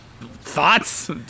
Thoughts